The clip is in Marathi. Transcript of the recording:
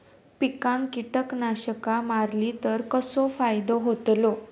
पिकांक कीटकनाशका मारली तर कसो फायदो होतलो?